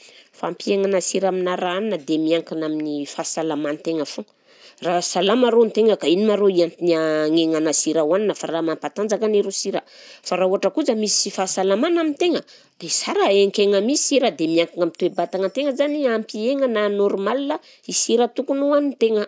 Fampihenana sira amina raha hanina dia miankina amin'ny fahasalaman-tegna fô, raha salama arô ny tegna ka ino marô nia-ny agnena sira hohanina fa raha mampatanjaka arô sira, fa raha ohatra kosa misy sy fahasalama amy tegna dia sara ahenkegna misy sira dia miankina amin'ny toe-batagnan-tegna zany hampihegna na ha normal ny sira tokony hohanin-tegna